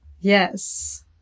Yes